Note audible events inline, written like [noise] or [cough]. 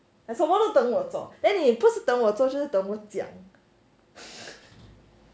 like 什么都等我做不是等我做就是等我讲 [laughs]